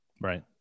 Right